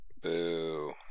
boo